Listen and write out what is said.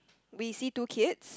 we see two kids